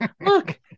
look